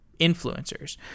influencers